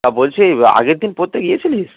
তা বলছি আগের দিন পড়তে গিয়েছিলিস